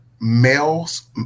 males